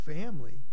family